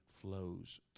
flows